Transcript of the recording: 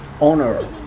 owner